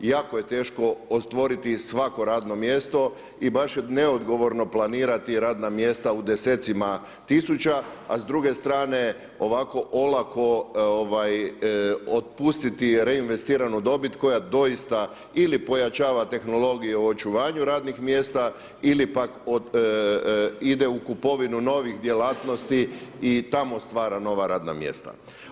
Jako je teško otvoriti svako rano mjesto i baš je neodgovorno planirati radna mjesta u desecima tisuća a s druge strane ovako olako otpustiti reinvestiranu dobit koja doista ili pojačava tehnologiju u očuvanju radnih mjesta ili pak ide u kupovinu novih djelatnosti i tamo stvara nova radna mjesta.